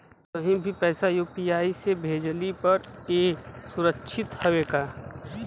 कहि भी पैसा यू.पी.आई से भेजली पर ए सुरक्षित हवे का?